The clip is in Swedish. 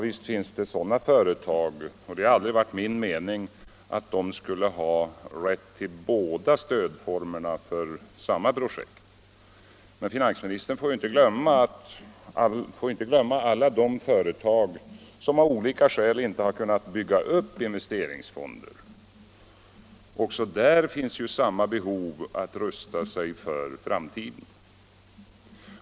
Visst finns det sådana företag, och det har aldrig varit min mening att de skulle ha rätt till båda stödformerna för samma projekt. Men finansministern får inte glömma alla de företag som av olika skäl inte har kunnat bygga upp investeringsfonder. Också där finns behov att rusta sig för framtiden.